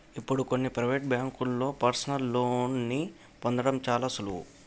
ఇప్పుడు కొన్ని ప్రవేటు బ్యేంకుల్లో పర్సనల్ లోన్ని పొందడం చాలా సులువు